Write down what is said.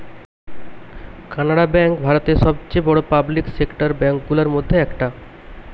Canara bank ভারতের সবচেয়ে বড়ো পাবলিক সেক্টর ব্যাঙ্ক গুলোর মধ্যে একটা